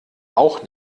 auch